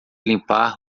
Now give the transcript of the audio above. limpar